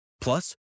plus